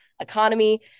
economy